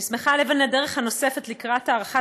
אני שמחה על אבן הדרך הנוספת לקראת הארכת